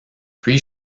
puis